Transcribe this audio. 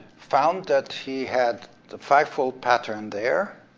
found that he had the five-fold pattern there,